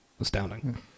Astounding